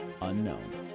Unknown